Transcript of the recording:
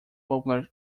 popular